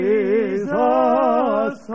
Jesus